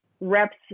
reps